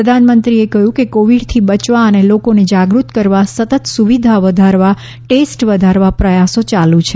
પ્રધાનમંત્રીએ કહ્યું કે કોવિડથી બયવા અને લોકોને જાગૃત કરવા સતત સુવિધા વધારવા ટેસ્ટ વધારવા પ્રયાસો યાલુ છે